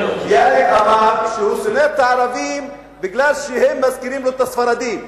ביאליק אמר שהוא שונא את הערבים בגלל שהם מזכירים לו את הספרדים.